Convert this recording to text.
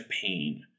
pain